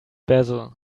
basil